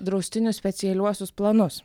draustinių specialiuosius planus